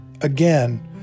Again